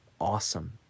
awesome